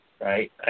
Right